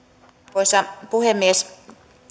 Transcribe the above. arvoisa puhemies